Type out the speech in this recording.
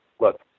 look